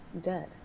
dead